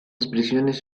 expresiones